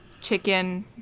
chicken